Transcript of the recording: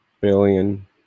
billion